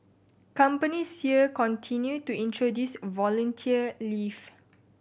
companies here continue to introduce volunteer leave